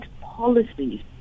policies